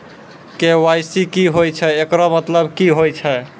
KYC की होय छै, एकरो मतलब की होय छै?